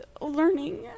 learning